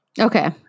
Okay